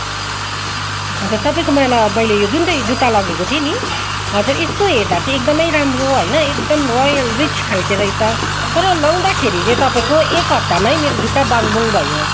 हजर तपाईँकोबाट मैले जुन चाहिँ जुत्ता लगेको थिएँ नि हजर यस्तो हेर्दा चाहिँ एकदमै राम्रो होइन एकदमै रोयल रिच खालके रहेछ तर लगाउँदाखेरि चाहिँ तपाईँको एक हप्तामै मेरो जुत्ता बाङबुङ भयो